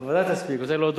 אתה כבר שעה על הדוכן.